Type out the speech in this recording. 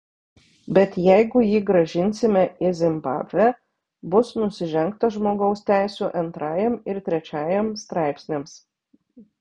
bet jeigu jį grąžinsime į zimbabvę bus nusižengta žmogaus teisių antrajam ir trečiajam straipsniams